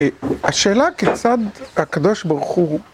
השאלה כיצד הקדוש ברוך הוא...